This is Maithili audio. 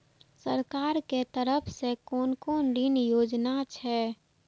सरकार के तरफ से कोन कोन ऋण योजना छै?